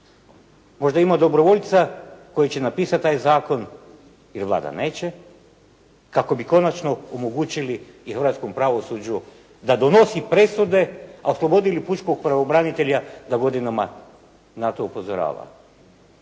Možda ima dobrovoljca koji će napisati taj zakon jer Vlada neće kako bi konačno omogućili i hrvatskom pravosuđu da donosi presude, a oslobodili pučkog pravobranitelja da godinama na to upozorava.